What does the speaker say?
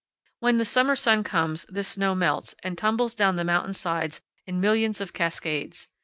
when the summer sun comes this snow melts and tumbles down the mountain sides in millions of cascades.